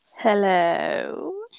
Hello